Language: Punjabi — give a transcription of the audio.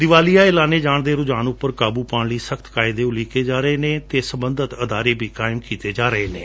ਦੀਵਾਲੀਆ ਐਲਾਨੇ ਜਾਣ ਦੇ ਰੁਝਾਨ ਉਂਪਰ ਕਾਬੂ ਪਾਉਣ ਲਈ ਸਖਤ ਕਾਇਦੇ ਉਲੀਕੇ ਜਾ ਰਹੇ ਨੇ ਅਤੇ ਅਦਾਰੇ ਕਾਇਮ ਕੀਤੇ ਜਾ ਰਹੇ ਨੇ